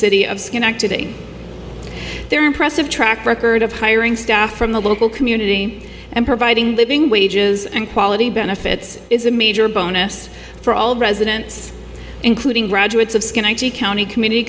schenectady their impressive track record of hiring staff from the local community and providing living wages and quality benefits is a major bonus for all residents including graduates of scanty county community